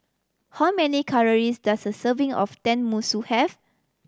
how many calories does a serving of Tenmusu have